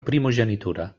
primogenitura